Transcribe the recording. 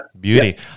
Beauty